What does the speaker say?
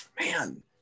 Man